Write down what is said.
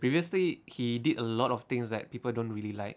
previously he did a lot of things that people don't really like